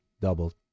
doubled